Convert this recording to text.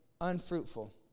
unfruitful